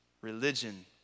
religion